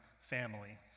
family